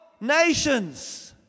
Nations